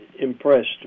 impressed